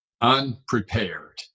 unprepared